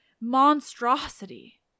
monstrosity